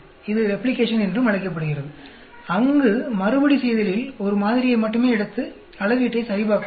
இது ரெப்ளிகேஷன் என்றும் அழைக்கப்படுகிறது அங்கு மறுபடிசெய்தலில் ஒரு மாதிரியை மட்டுமே எடுத்து அளவீட்டை சரிபார்க்கலாம்